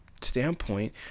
standpoint